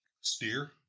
steer